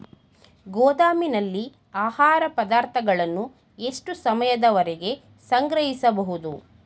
ಗೋದಾಮಿನಲ್ಲಿ ಆಹಾರ ಪದಾರ್ಥಗಳನ್ನು ಎಷ್ಟು ಸಮಯದವರೆಗೆ ಸಂಗ್ರಹಿಸಬಹುದು?